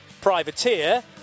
Privateer